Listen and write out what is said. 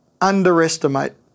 underestimate